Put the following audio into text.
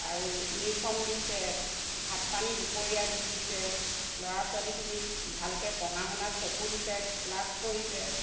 আৰু ইউনিফৰ্ম দিছে ভাত পানী দুপৰীয়া দিছে ল'ৰা ছোৱালীখিনিক ভালকৈ পঢ়া শুনাত চকু দিছে ক্লাছ কৰিছে